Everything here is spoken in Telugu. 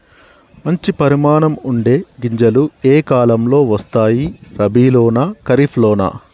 మంచి పరిమాణం ఉండే గింజలు ఏ కాలం లో వస్తాయి? రబీ లోనా? ఖరీఫ్ లోనా?